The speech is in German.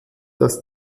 das